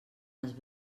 les